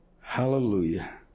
hallelujah